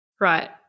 Right